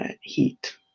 heat